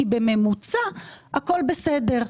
כי בממוצע הכול בסדר'.